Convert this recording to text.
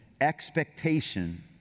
expectation